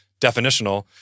definitional